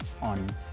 on